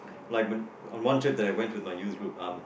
like when on one trip I went to with my youth group um